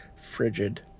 frigid